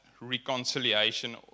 reconciliation